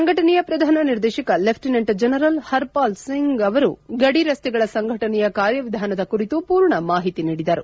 ಸಂಘಟನೆಯ ಪ್ರಧಾನ ನಿರ್ದೇಶಕ ಲೆಫ಼ಿನೆಂಟ್ ಜನರಲ್ ಪರ್ಪಾಲ್ಸಿಂಗ್ ಅವರು ಗಡಿ ರಸ್ತೆಗಳ ಸಂಘಟನೆಯ ಕಾರ್ಯವಿಧಾನದ ಕುರಿತು ಪೂರ್ಣ ಮಾಹಿತಿ ನೀಡಿದರು